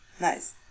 Nice